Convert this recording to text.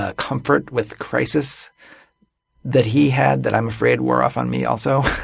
ah comfort with crisis that he had that i'm afraid wore off on me, also,